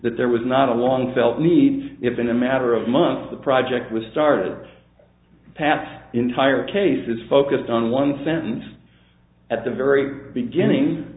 that there was not a long felt need if in a matter of months the project was started pat's entire case is focused on one sentence at the very beginning